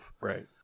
Right